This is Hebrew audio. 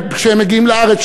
כשהם מגיעים לארץ,